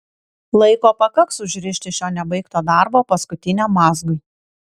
laiko pakaks užrišti šio nebaigto darbo paskutiniam mazgui